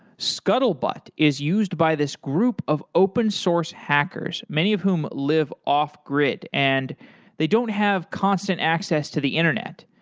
scuttlebutt is used by this group of open source hackers many of whom live off-grid and they don't have constant access to the internet.